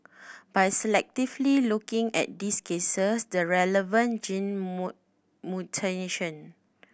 by selectively looking at these cases the relevant gene mutation